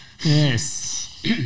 Yes